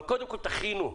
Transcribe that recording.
אבל קודם כל תכינו.